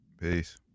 Peace